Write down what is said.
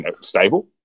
stable